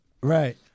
Right